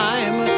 Time